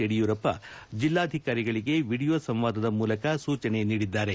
ಯಡಿಯೂರಪ್ಪ ಜಿಲ್ಲಾಧಿಕಾರಿಗಳಿಗೆ ವಿಡಿಯೋ ಸಂವಾದದ ಮೂಲಕ ಸೂಚನೆ ನೀಡಿದ್ದಾರೆ